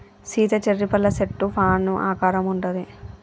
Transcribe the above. Sita cherry పళ్ళ సెట్టు fan ఆకారంలో ఉంటది